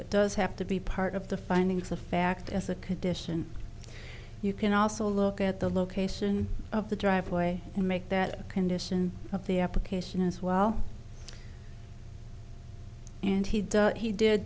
it does have to be part of the findings of fact as a condition you can also look at the location of the driveway and make that condition of the application as well and he does he did